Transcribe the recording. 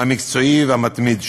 המקצועי והמתמיד שלו.